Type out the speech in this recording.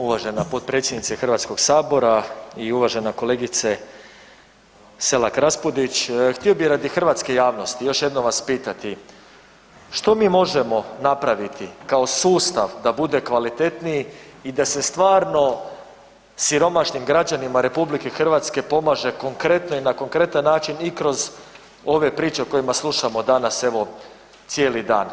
Uvažena potpredsjednice Hrvatskog sabora i uvažena kolegice Selak Raspudić, htio bih radi hrvatske javnosti još jednom vas pitati što mi možemo napraviti kao sustav da bude kvalitetniji i da se stvarno siromašnim građanima RH pomaže konkretno i na konkretan način i kroz ove priče o kojima slušamo danas evo cijeli dan.